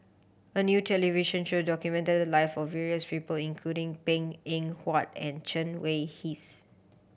a new television show documented the live of various people including Png Eng Huat and Chen Wen Hsi